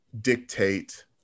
dictate